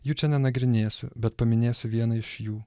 jų čia nenagrinėsiu bet paminėsiu vieną iš jų